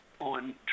on